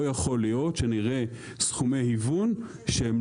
לא יכול להיות שנראה סכומי היוון שהם